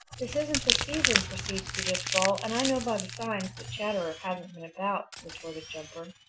this isn't the season for seeds to just fall, and i know by the signs that chatterer hasn't been about, retorted jumper.